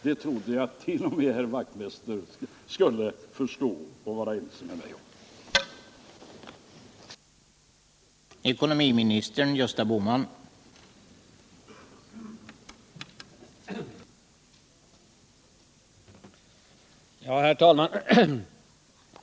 Det trodde jag att t.o.m. herr Wachtmeister skulle förstå och vara ense med mig om.